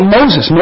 Moses